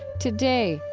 today,